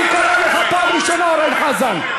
אני קורא אותך פעם ראשונה, אורן חזן.